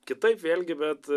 kitaip vėl gi bet